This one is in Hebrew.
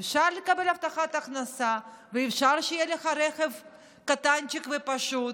אפשר לקבל הבטחת הכנסה ואפשר שיהיה לך רכב קטנצ'יק ופשוט,